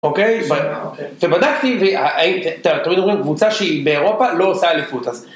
אוקיי, כשבדקתי, והתיאוריות, קבוצה שהיא באירופה לא עושה אליפות.